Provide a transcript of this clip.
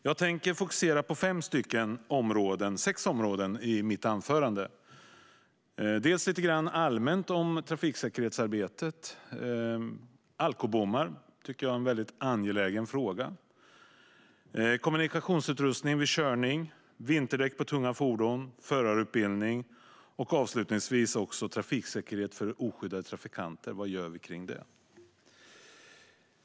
Jag tänker fokusera på sex områden i mitt anförande. Jag kommer att tala lite allmänt om trafiksäkerhetsarbetet, alkobommar - en angelägen fråga - kommunikationsutrustning vid körning, vinterdäck på tunga fordon, förarutbildning och avslutningsvis trafiksäkerhet för oskyddade trafikanter. Vad gör vi när det gäller det?